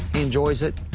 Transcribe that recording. enjoys it.